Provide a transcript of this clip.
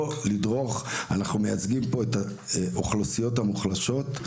אנחנו מייצגים פה את האוכלוסיות המוחלשות.